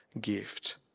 gift